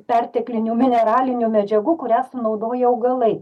perteklinių mineralinių medžiagų kurią sunaudoja augalai